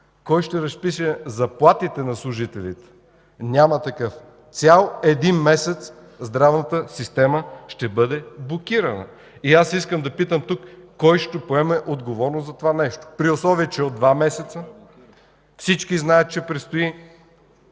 Кой ще разпише заплатите на служителите? Няма такъв! Цял един месец здравната система ще бъде блокирана и аз искам да попитам тук кой ще поеме отговорност за това нещо? При условие че от два месеца всички знаят, че предстои